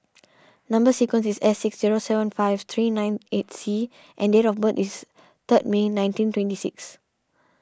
Number Sequence is S six zero seven five three nine eight C and date of birth is third May nineteen twenty six